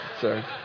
Sorry